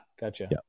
Gotcha